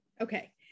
Okay